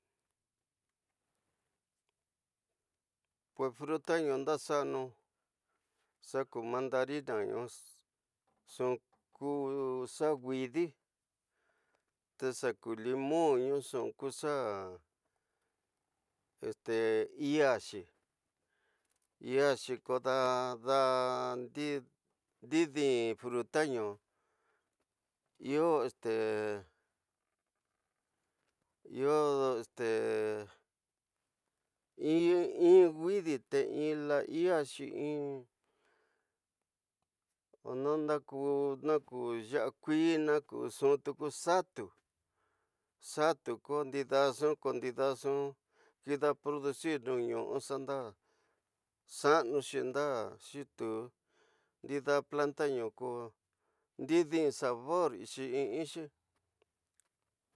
Pues fruta ñu ndaxanu xaku mandarina ñu nxu ku xa wixíte xaku limon nu nxu ñu nxu xa ete, iyaxi, iyaxi, ko dada ndi disi nxu ñu yo ñu ete iyo ñu widíte, in laiyaxi in ona ndaku naku yoxu nuku ñu limon tuku xatu, xatu ko ndadaxpi ndida nxu kida producir nu ñusyu xa nda xaxanuxu nda xitu, nda platano ko ndidi sabor in ixi.